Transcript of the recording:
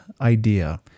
idea